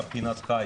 גם פינת חי,